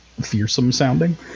fearsome-sounding